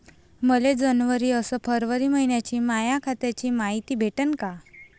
मले जनवरी अस फरवरी मइन्याची माया खात्याची मायती भेटन का?